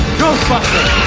ghostbusters